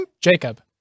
Jacob